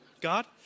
God